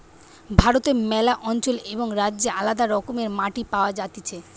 ভারতে ম্যালা অঞ্চলে এবং রাজ্যে আলদা রকমের মাটি পাওয়া যাতিছে